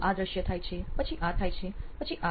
આ દ્રશ્ય થાય છે પછી આ થાય છે પછી આ